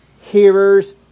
hearers